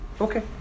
Okay